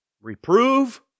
Reprove